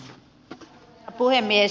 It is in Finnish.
arvoisa herra puhemies